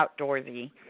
outdoorsy